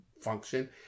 function